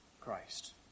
Christ